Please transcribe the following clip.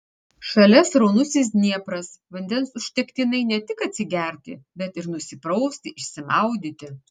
šalia sraunusis dniepras vandens užtektinai ne tik atsigerti bet ir nusiprausti išsimaudyti